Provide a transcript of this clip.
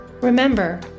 Remember